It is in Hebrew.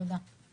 תודה.